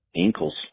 ankles